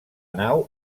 nau